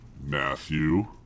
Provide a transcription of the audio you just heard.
Matthew